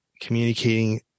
communicating